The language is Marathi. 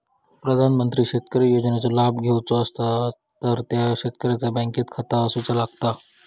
प्रधानमंत्री शेतकरी योजनेचे लाभ घेवचो असतात तर त्या शेतकऱ्याचा बँकेत खाता असूचा लागता